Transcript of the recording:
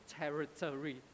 territory